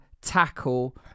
tackle